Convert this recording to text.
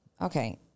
Okay